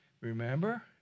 Remember